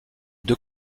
deux